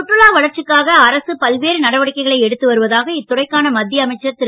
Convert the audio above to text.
சுற்றுலா வளர்ச்சிக்காக அரசு பல்வேறு நடவடிக்கைகளை எடுத்து வருவதாக இத்துறைக்கான மத் ய அமைச்சர் ரு